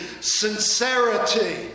sincerity